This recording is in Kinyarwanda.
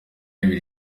ibiri